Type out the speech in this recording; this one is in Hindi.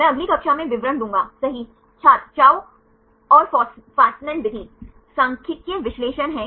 मैं एक उदाहरण दिखाता हूं वही डेटा जो हमारे पास है